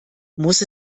muss